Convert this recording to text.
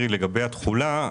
לגבי התחולה,